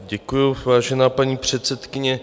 Děkuji, vážená paní předsedkyně.